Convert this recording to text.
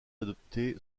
adopté